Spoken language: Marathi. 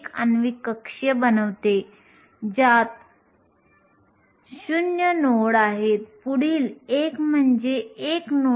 आपण प्रथम आंतरिक पासून प्रारंभ करू आणि एकदा आपण या संकल्पना विकसित केल्या की आपण त्यांचा वापर करू बाह्य अर्धसंवाहकांना समजून घेऊ